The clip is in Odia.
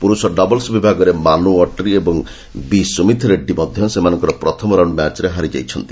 ପୁରୁଷ ଡବଲ୍ସ ବିଭାଗରେ ମାନୁ ଅଟ୍ରି ଏବଂ ବି ସୁମିଥି ରେଡ୍ରୀ ମଧ୍ୟ ସେମାନଙ୍କର ପ୍ରଥମ ରାଉଣ୍ଡ୍ ମ୍ୟାଚ୍ରେ ହାରିଯାଇଛନ୍ତି